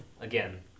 again